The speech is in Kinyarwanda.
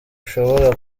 ishobora